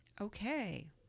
Okay